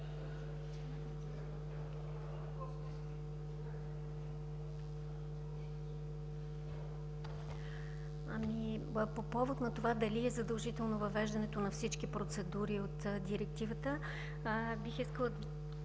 По повод на това дали е задължително въвеждането на всички процедури от Директивата, бих искала